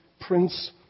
Prince